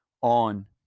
on